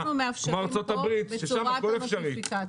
כאן בצורה של נוטיפיקציה.